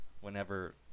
whenever